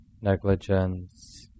negligence